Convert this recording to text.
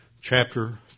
chapter